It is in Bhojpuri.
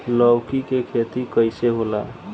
लौकी के खेती कइसे होला?